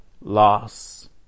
Loss